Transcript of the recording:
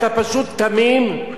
אתה פשוט תמים,